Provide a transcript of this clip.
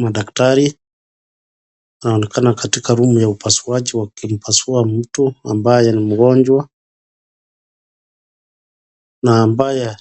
Madaktari, naonekana katika room ya upasuaji wa likilipaswa mtu ambaye ni mgonjwa, na ambaye